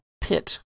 pit